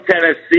Tennessee